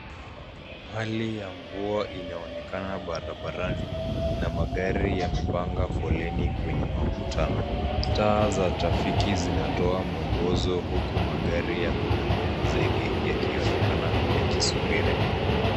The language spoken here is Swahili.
Hali ya mvua inaonekana barabarani na magari yamepanga foleni kwenye makutano. Taa za trafiki zinatoa mwongozo huku magari yakubebea zege yakionekana yakisubiri.